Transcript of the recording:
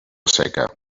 seca